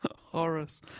Horace